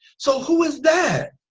so who is that?